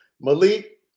Malik